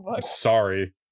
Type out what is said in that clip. sorry